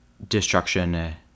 destruction